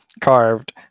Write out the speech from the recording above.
carved